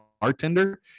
bartender